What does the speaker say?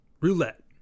roulette